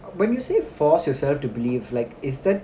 when you say force yourself to believe like is that